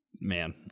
man